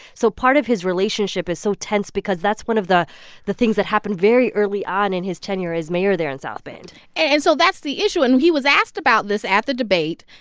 so part of his relationship is so tense because that's one of the the things that happened very early on in his tenure as mayor there in south bend and so that's the issue. and he was asked about this at the debate.